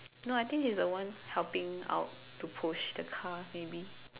no I think he's the one helping out to push the car maybe